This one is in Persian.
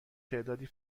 تعدادی